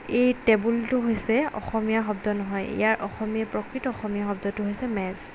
এই টেবুলটো হৈছে অসমীয়া শব্দ নহয় ইয়াৰ অসমীয়া প্ৰকৃত অসমীয়া শব্দটো হৈছে মেজ